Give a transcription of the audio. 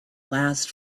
last